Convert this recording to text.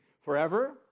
Forever